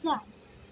जा